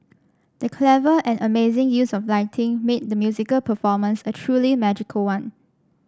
the clever and amazing use of lighting made the musical performance a truly magical one